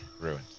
ruins